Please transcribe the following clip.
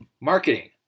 Marketing